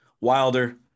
wilder